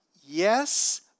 yes